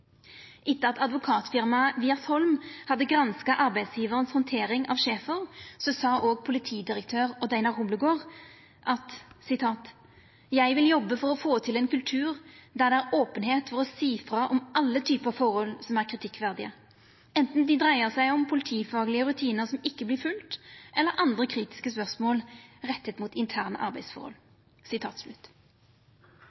Etter at Advokatfirmaet Wiersholm hadde granska arbeidsgjevaren si handtering av Schaefer, sa politidirektør Odd Reidar Humlegård: «Jeg vil jobbe for å få til en kultur der det er åpenhet for å si fra om alle typer forhold som er kritikkverdige, enten det dreier seg om politifaglige rutiner som ikke blir fulgt, eller andre kritiske spørsmål rettet mot interne arbeidsforhold.»